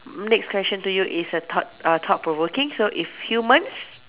next question to you is a thought uh thought provoking so if humans